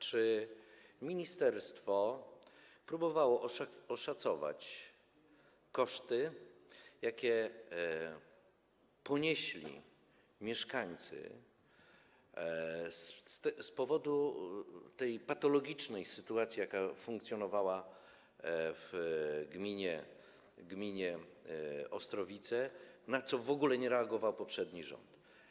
Czy ministerstwo próbowało oszacować koszty, jakie ponieśli mieszkańcy z powodu tej patologicznej sytuacji, jaka zaistniała w gminie Ostrowice, na co w ogóle nie reagował poprzedni rząd?